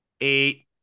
eight